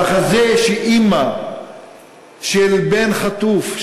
המחזה שאימא של בן חטוף,